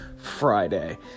Friday